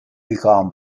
become